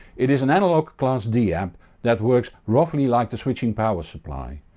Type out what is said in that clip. it is an analogue class d amp that works roughly like the switching power supply.